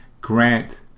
Grant